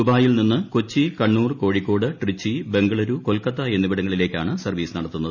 ദുബായിൽ നിന്ന് കൊച്ചി കണ്ണൂർ കോഴിക്കോട് ട്രിച്ചി ബംഗളുരു കൊൽക്കത്ത എന്നിവിടങ്ങളിലേക്കാണ് സർവ്വീസ് നടത്തുന്നത്